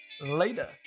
later